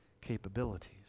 capabilities